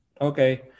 okay